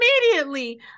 immediately